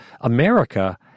America